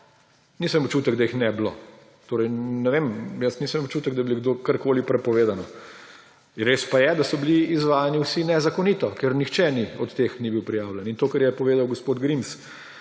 imel občutka, da jih ne bi bilo. Torej ne vem, jaz nisem imel občutka, da bi bilo karkoli prepovedano. Res pa je, da so bili izvajani vsi nezakonito, ker nihče od teh ni bil prijavljen. In to, kar je povedal gospod Grims,